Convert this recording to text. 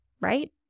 right